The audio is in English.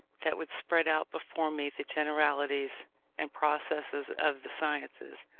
that would spread out before me the generalities and processes of the sciences,